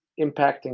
impacting